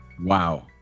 Wow